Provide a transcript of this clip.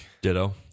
Ditto